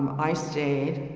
i stayed,